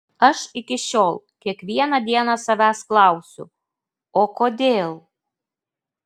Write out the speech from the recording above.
aš iki šiol kiekvieną dieną savęs klausiu o kodėl